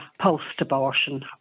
post-abortion